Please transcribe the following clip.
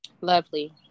Lovely